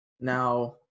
Now